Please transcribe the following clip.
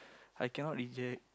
I cannot reject